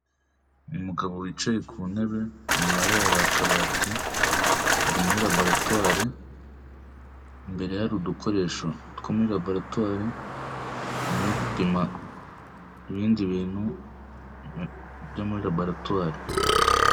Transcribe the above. Umugabo wicaye ku ntebe, inyuma ye hari akabati, ari muri raburatwari, Imbere ye hari udukoresho two muri raburatwari, ari no gupima ibindi bintu byo muri raburatwari.